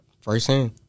firsthand